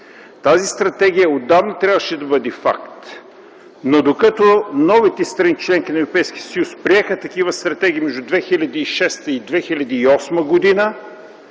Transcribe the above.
Тази стратегия отдавна трябваше да бъде факт. Докато новите страни – членки на Европейския съюз, приеха такива стратегии между 2006 и 2008 г.,